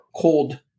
cold